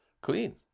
clean